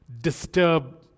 disturb